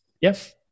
Yes